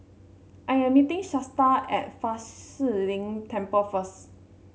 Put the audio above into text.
I am meeting Shasta at Fa Shi Lin Temple first